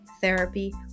therapy